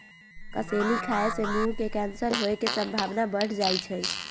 कसेली खाय से मुंह के कैंसर होय के संभावना बढ़ जाइ छइ